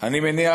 אני מניח,